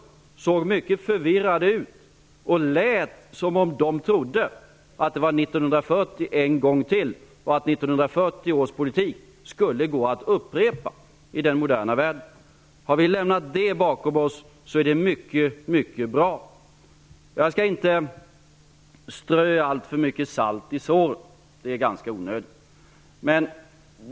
De såg mycket förvirrade ut. Det lät som om det trodde att det åter var 1940 och att det skulle gå att upprepa 1940-års politik i den moderna världen. Om vi har lämnat det bakom oss är det mycket, mycket bra. Jag skall inte strö alltför mycket salt i såren. Det är ganska onödigt.